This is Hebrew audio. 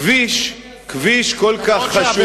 כביש כל כך חשוב,